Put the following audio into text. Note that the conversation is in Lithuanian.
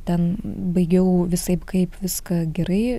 ten baigiau visaip kaip viską gerai